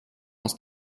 aus